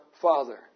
Father